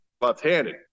left-handed